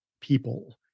people